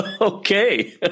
Okay